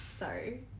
Sorry